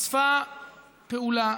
פעולה